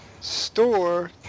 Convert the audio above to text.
store